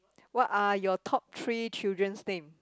what are your top three children's name